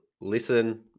listen